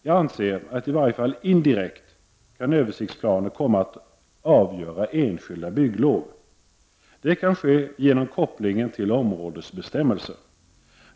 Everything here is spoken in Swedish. Jag anser att översiktsplaner i varje fall indirekt kan komma att avgöra enskilda bygglov. Detta kan ske genom kopplingen till områdesbestämmelser.